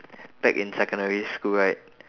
back in secondary school right